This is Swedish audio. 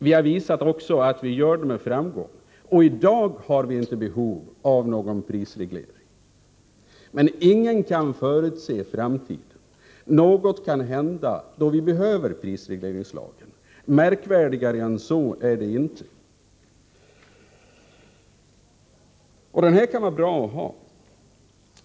Vi har också visat att vi gör det med framgång. I dag har vi inte behov av någon prisreglering, men ingen kan förutse framtiden. Något kan hända, så att vi behöver prisregleringslagen. Märkvärdigare än så är det inte. Prisregleringslagen kan vara bra att ha.